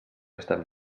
estem